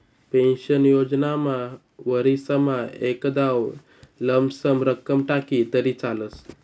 pension योजनामा वरीसमा एकदाव लमसम रक्कम टाकी तरी चालस